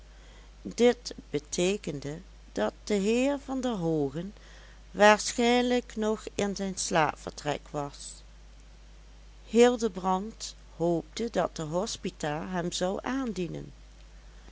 dit beteekende dat de heer van der hoogen waarschijnlijk nog in zijn slaapvertrek was hildebrand hoopte dat de hospita hem zou aandienen